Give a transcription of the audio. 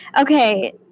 Okay